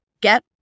get